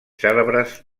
cèlebres